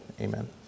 amen